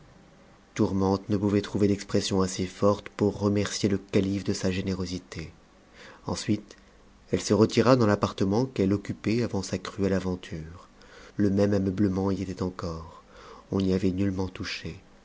tourmente ne pouvait trouver d'expressions assez fortes pour remercier le calife de sa générosité ensuite elle se retira dans l'appartement qu'elle occupait avant sa cruelle aventure le même ameublement y était encore on n'y avait nullement touché